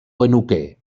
genuke